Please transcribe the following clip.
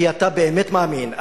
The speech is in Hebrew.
כי אתה באמת מאמין,